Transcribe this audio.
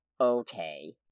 okay